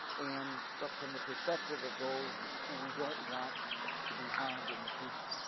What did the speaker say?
and from from the perspective of those who we don't want to be harmed in the future,